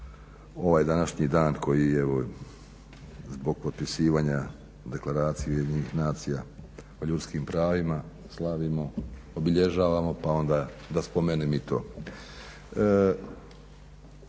ovaj današnji dan koji je zbog potpisivanja deklaracije UN-a o ljudskim pravima, slavimo, obilježavamo pa onda da spomenem i to.